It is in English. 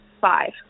five